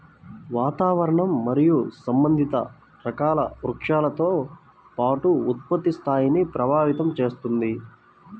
వాతావరణం మరియు సంబంధిత రకాల వృక్షాలతో పాటు ఉత్పత్తి స్థాయిని ప్రభావితం చేస్తుంది